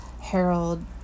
Harold